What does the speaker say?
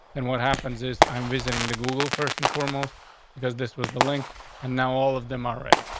and what happens is i'm visiting the google first and foremost because this was the link and now all of them are red.